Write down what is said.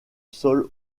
sol